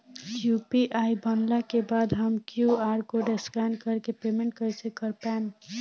UPI बनला के बाद हम क्यू.आर कोड स्कैन कर के पेमेंट कइसे कर पाएम?